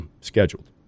scheduled